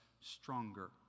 stronger